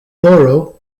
borough